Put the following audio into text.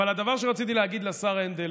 אבל הדבר שרציתי להגיד לשר הנדל,